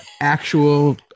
actual